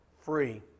free